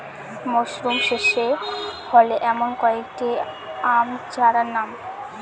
মরশুম শেষে ফলে এমন কয়েক টি আম চারার নাম?